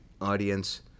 audience